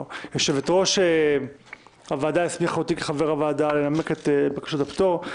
יושבת-ראש הוועדה הסמיכה אותי כחבר הוועדה לנמק את בקשת הפטור.